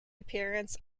appearance